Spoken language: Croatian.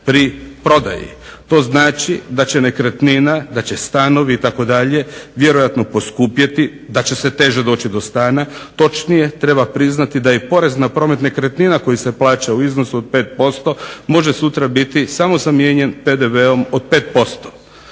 pri prodaji. To znači da će nekretnina, da će stanovi itd. vjerojatno poskupjeti, da će se teže doći do stana, točnije treba priznati da je i porez na promet nekretnina koji se plaća u iznosu od 5% može sutra biti samo zamijenjen PDV-om od 5%.